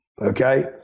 okay